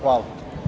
Hvala.